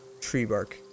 Treebark